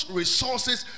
resources